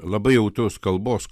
labai jau tos kalbos